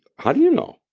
how do you know?